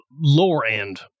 lower-end